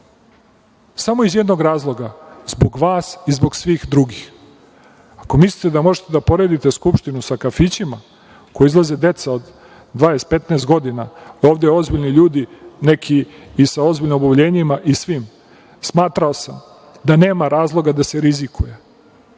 samo iz jednog razloga, zbog vas i zbog svih drugih. Ako mislite da možete da poredite Skupštinu sa kafićima, u koji izlaze deca od 20, 15 godina, ovde ozbiljni ljudi, neki i sa ozbiljnim oboljenjima i svim, smatrao sam da nema razloga da se rizikuje,